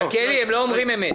מלכיאלי, הם לא אומרים אמת.